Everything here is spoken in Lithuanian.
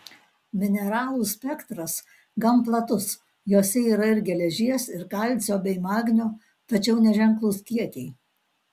mineralų spektras gan platus jose yra ir geležies ir kalcio bei magnio tačiau neženklūs kiekiai